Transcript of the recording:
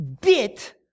bit